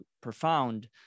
profound